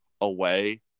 away